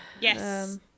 yes